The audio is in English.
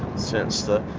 since the